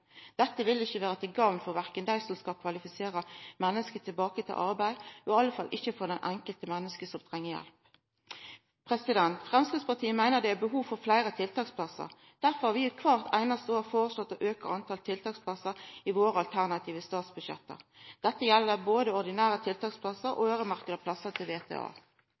Dette vil ikkje vera til gagn for dei som skal kvalifisera folk tilbake til arbeid, og i alle fall ikkje for det enkelte mennesket som treng hjelp. Framstegspartiet meiner det er behov for fleire tiltaksplassar. Derfor har vi kvart einaste år føreslått å auka talet på tiltaksplassar i våre alternative statsbudsjett. Dette gjeld både ordinære tiltaksplassar og plassar